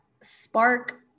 spark